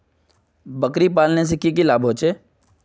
बकरी पालने से की की लाभ होचे?